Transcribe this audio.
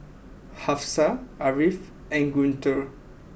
Hafsa Ariff and Guntur